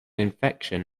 infection